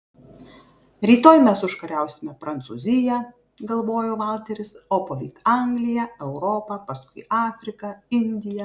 rytoj mes užkariausime prancūziją galvojo valteris o poryt angliją europą paskui afriką indiją